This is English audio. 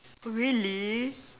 really